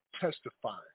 testifying